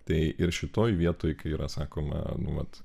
tai ir šitoj vietoj kai yra sakoma nu vat